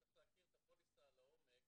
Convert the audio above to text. צריך להכיר את הפוליסה לעומק